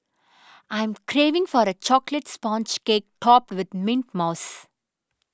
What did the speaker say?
I'm craving for a Chocolate Sponge Cake Topped with Mint Mousse